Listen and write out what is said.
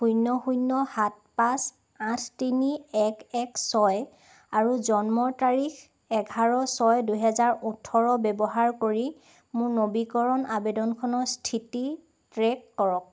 শূন্য় শূন্য় সাত পাঁচ আঠ তিনি এক এক ছয় আৰু জন্মৰ তাৰিখ এঘাৰ ছয় দুহেজাৰ ওঠৰ ব্যৱহাৰ কৰি মোৰ নবীকৰণ আবেদনখনৰ স্থিতি ট্ৰেক কৰক